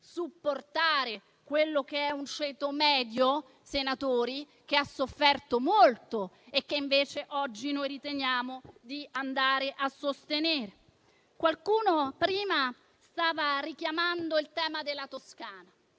supportare quello che è un ceto medio - senatori - che ha sofferto molto e che oggi noi riteniamo di andare a sostenere. Qualcuno prima stava richiamando il tema della Toscana.